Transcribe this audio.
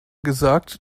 gesagt